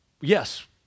yes